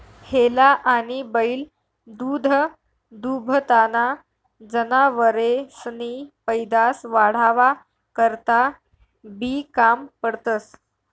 हेला आनी बैल दूधदूभताना जनावरेसनी पैदास वाढावा करता बी काम पडतंस